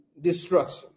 destruction